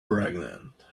pregnant